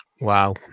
Wow